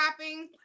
shopping